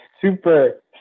super